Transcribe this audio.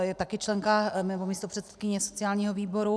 Je také členka nebo místopředsedkyně sociálního výboru.